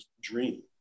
dream